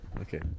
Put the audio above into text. Okay